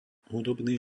hudobný